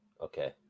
Okay